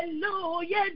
Hallelujah